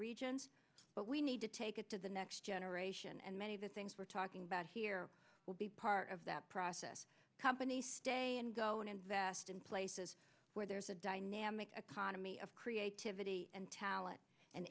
regions but we need to take it to the next generation and many of the things we're talking about here will be part of that process company stay and go and invest in places where there's a dynamic economy of creativity and talent and